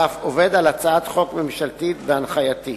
ואף עובד על הצעת חוק ממשלתית בהנחייתי.